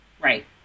Right